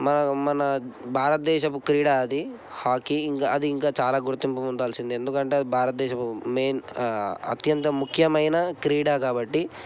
మా మన భారతదేశపు క్రీడా అది హాకీ ఇంకా అది ఇంకా చాలా గుర్తింపు పొందాల్సింది ఎందుకంటే అది భారతదేశపు మెయిన్ అత్యంత ముఖ్యమైన క్రీడ కాబట్టి